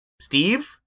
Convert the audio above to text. Steve